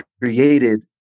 created